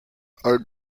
are